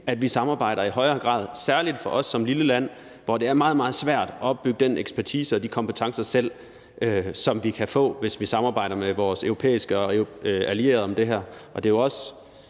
at vi samarbejder i højere grad, særlig for os som lille land, hvor det er meget, meget svært selv at opbygge den ekspertise og de kompetencer, som vi kan få, hvis vi samarbejder med vores europæiske allierede om det her. Og det er jo